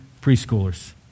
preschoolers